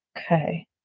Okay